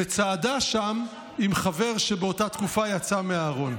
וצעדה שם עם חבר שבאותה תקופה יצא מהארון.